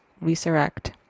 resurrect